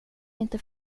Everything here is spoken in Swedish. inte